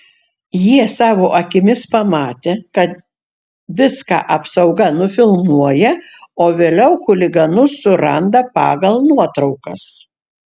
jie savo akimis pamatė kad viską apsauga nufilmuoja o vėliau chuliganus suranda pagal nuotraukas